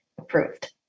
approved